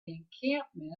encampment